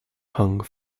hung